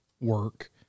work